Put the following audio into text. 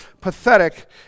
pathetic